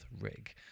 rig